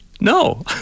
no